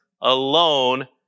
alone